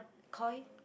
Koi